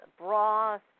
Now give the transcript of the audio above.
broth